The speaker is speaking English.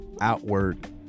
outward